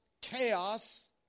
chaos